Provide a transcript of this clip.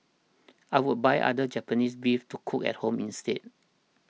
I would buy other Japanese beef to cook at home instead